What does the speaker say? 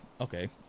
okay